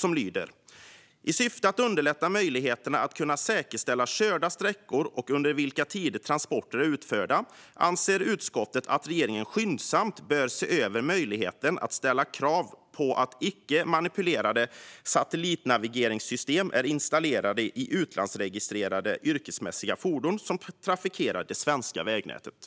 Den lyder: "I syfte att underlätta möjligheterna att kunna säkerställa körda sträckor och under vilka tider transporter är utförda anser utskottet att det är angeläget att skyndsamt se över möjligheten att ställa krav på att ett icke manipulerbart satellitnavigationssystem är installerat i utlandsregistrerade yrkesmässiga fordon som trafikerar det svenska vägnätet."